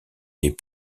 les